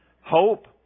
Hope